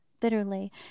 bitterly